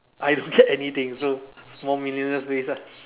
I don't get anything so small meaningless ways lah